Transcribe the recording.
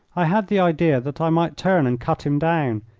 i had the idea that i might turn and cut him down,